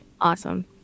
Awesome